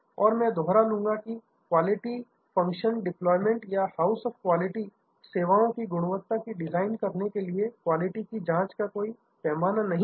और मैं दोहरा लूंगा की क्वालिटी फंक्शन डेप्लॉयमेंट या हाउस ऑफ क्वालिटी सेवाओं की गुणवत्ता की डिजाइन करने के लिए क्वालिटी की जांच का कोई पैमाना नहीं है